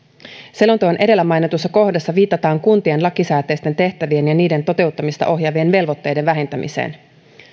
selonteon edellä mainitussa kohdassa viitataan kuntien lakisääteisten tehtävien ja niiden toteuttamista ohjaavien velvoitteiden vähentämiseen